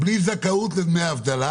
בלי זכאות לדמי אבטלה,